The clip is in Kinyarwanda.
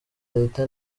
leta